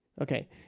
Okay